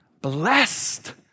Blessed